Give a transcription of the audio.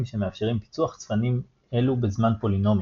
שמאפשרים פיצוח צפנים אילו בזמן פולינומי,